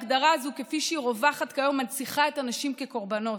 ההגדרה הזאת כפי שהיא רווחת כיום מנציחה את הנשים כקורבנות,